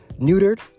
neutered